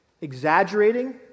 exaggerating